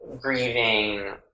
grieving